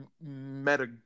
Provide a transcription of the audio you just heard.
meta